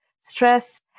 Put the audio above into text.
stress